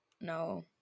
No